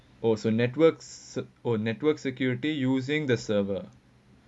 oh so networks or network security using the server